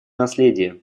наследие